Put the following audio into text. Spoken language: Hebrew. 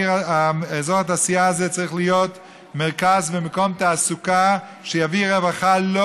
אזור התעשייה הזה צריך להיות מרכז ומקום תעסוקה שיביא רווחה לא